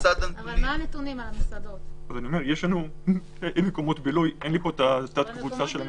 אני אומר לכם כבר עכשיו,